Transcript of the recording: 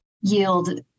yield